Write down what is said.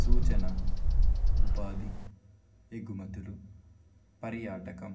సూచన ఉపాధి ఎగుమతులు పర్యాటకం